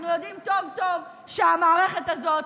אנחנו יודעים טוב-טוב שהמערכת הזאת,